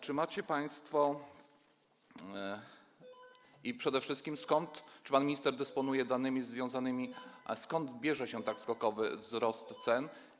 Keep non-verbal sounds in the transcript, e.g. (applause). Czy macie państwo, i przede wszystkim skąd, czy pan minister dysponuje (noise) danymi o tym, skąd bierze się tak skokowy wzrost cen?